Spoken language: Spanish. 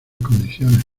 condiciones